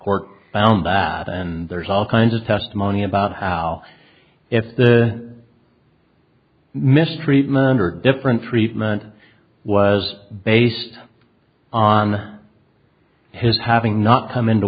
court found that and there's all kinds of testimony about how if the mistreatment are different treatment was based on his having not come into